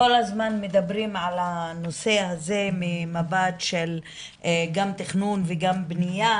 כל הזמן מדברים על הנושא הזה ממבט של גם תכנון וגם בנייה,